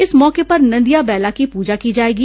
इस मौके पर नंदिया बैला की पूजा की जाएगी